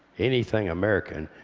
anything american.